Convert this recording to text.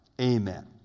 Amen